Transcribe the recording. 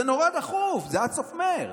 זה נורא דחוף, זה עד סוף מרץ.